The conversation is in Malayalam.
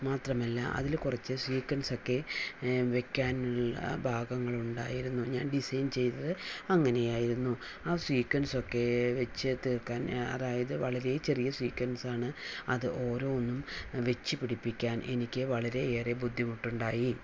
മാത്രമല്ല അതിൽ കുറച്ച് സിക്യുഎൻസ് ഒക്കെ വെക്കാൻ ഭാഗങ്ങൾ ഉണ്ടായിരുന്നു ഞാൻ ഡിസൈൻ ചെയ്തത് അങ്ങനെ ആയിരുന്നു ആ സിക്യുഎൻസ് ഒക്കെ വെച്ച് തീർക്കാൻ അതായത് വളരെ ചെറിയ സിക്യുഎൻസ് ആണ് അത് ഓരോന്നും വെച്ച് പിടിപ്പിക്കാൻ എനിക്ക് വളരെയേറെ ബുദ്ധിമുട്ടുണ്ടായി